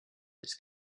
its